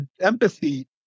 Empathy